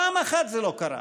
פעם אחת זה לא קרה.